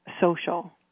social